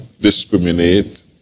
discriminate